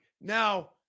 Now